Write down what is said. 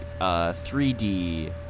3d